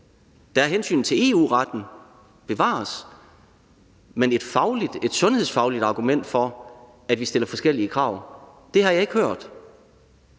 Der er hensynet til EU-retten – bevares – men et sundhedsfagligt argument for, at vi stiller forskellige krav, har jeg ikke hørt.